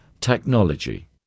technology